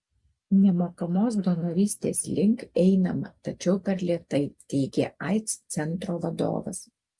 nemokamos donorystės link einama tačiau per lėtai teigė aids centro vadovas